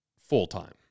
Full-time